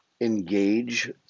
engage